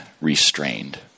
restrained